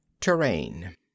TERRAIN